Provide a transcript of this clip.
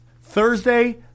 Thursday